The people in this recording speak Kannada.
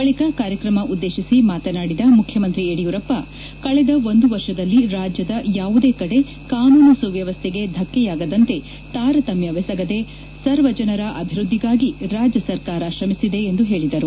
ಬಳಿಕ ಕಾರ್ಯಕ್ರಮ ಉದ್ದೇತಿಸಿ ಮಾತನಾಡಿದ ಮುಖ್ಯಮಂತ್ರಿ ಯಡಿಯೂರಪ್ಪ ಕಳೆದ ಒಂದು ವರ್ಷದಲ್ಲಿ ರಾಜ್ಯದ ಯಾವುದೇ ಕಡೆ ಕಾನೂನು ಸುವ್ವವಸ್ಥೆಗೆ ಧಕ್ಕೆಯಾಗದಂತೆ ತಾರತಮ್ಮವೆಸಗದೆ ಸರ್ವಜನರ ಅಭಿವ್ಯದ್ದಿಗೆ ರಾಜ್ಯ ಸರ್ಕಾರ ಶ್ರಮಿಸಿದೆ ಎಂದು ಹೇಳಿದರು